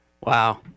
Wow